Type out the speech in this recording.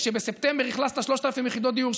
אם בספטמבר אכלסת 3,000 יחידות דיור,